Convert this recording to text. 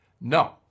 No